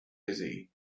lizzie